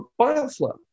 bioflow